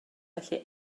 felly